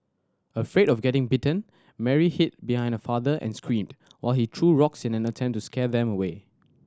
afraid of getting bitten Mary hid behind her father and screamed while he threw rocks in an attempt to scare them away